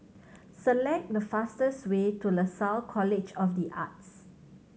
select the fastest way to Lasalle College of The Arts